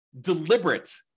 deliberate